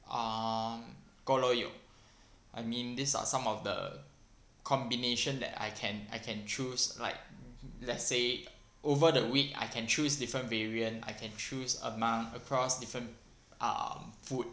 um gou loh yok I mean these are some of the combination that I can I can choose like let's say over the week I can choose different variant I can choose among across different um food